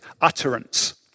utterance